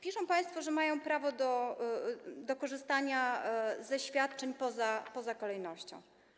Piszą państwo, że mają prawo do korzystania ze świadczeń poza kolejnością.